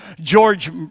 George